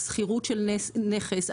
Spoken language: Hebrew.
הסחירות של נכס,